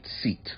seat